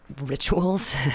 rituals